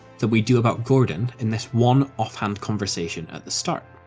than we do about gordon in this one off-hand conversation at the start.